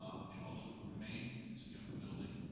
ah which also would remain. it's a younger building,